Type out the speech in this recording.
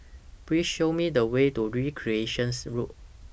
Please Show Me The Way to Recreations Road